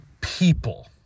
people